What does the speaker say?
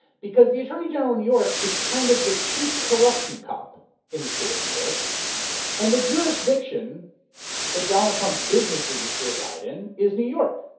because the attorney general in new york is kind of the chief corruption cop in the state of new york and the jurisdiction that donald trump's businesses reside in is new york.